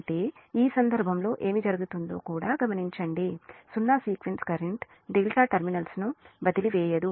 అంటే ఈ సందర్భంలో ఏమి జరుగుతుందో కూడా గమనించండి సున్నా సీక్వెన్స్ కరెంట్ ∆ టెర్మినల్స్ ను వదిలివేయదు